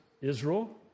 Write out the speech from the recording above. Israel